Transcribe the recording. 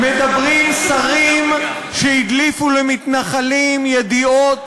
מדברים שרים שהדליפו למתנחלים ידיעות